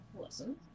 listen